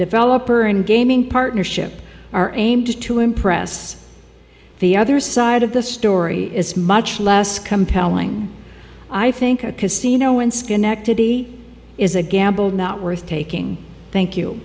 developer and gaming partnership are aimed to impress the other side of the story is much less compelling i think a casino in schenectady is a gamble not worth taking thank you